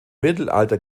mittelalter